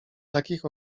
takich